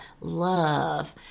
love